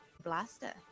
Blaster